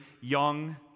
young